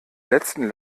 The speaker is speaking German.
letzten